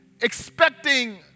expecting